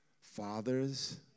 fathers